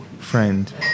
friend